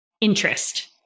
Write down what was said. interest